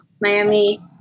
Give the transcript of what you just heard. Miami